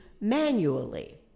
manually